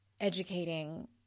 educating